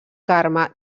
carme